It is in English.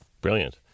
Brilliant